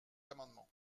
amendement